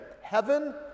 Heaven